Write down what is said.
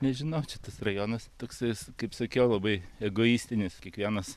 nežinau čia tas rajonas toksai jis kaip sakiau labai egoistinis kiekvienas